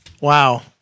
wow